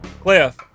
Cliff